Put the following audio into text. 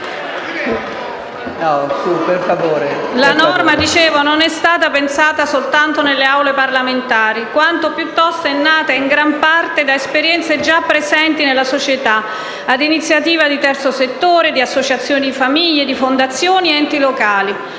La norma non é stata pensata soltanto nelle Aule parlamentari, quanto piuttosto è nata in gran parte da esperienze già presenti nella società ad iniziativa del terzo settore, di associazioni di famiglie, di fondazioni e di enti locali.